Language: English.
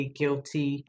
guilty